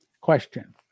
question